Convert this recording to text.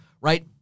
right